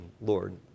Lord